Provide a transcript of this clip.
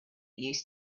used